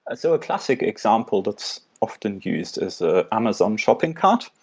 so a classic example that's often used is ah amazon shopping cart.